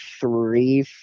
three